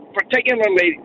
particularly